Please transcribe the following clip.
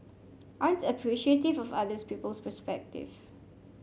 aren't appreciative of others people's perspective